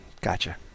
Gotcha